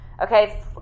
Okay